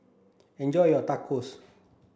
enjoy your Tacos